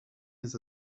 his